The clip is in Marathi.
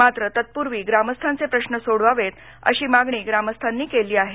मात्र तत्पूर्वी ग्रामस्थांचे प्रश्न सोडवावेत अशी मागणी ग्रामस्थांनी केली आहे